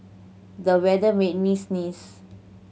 the weather made me sneeze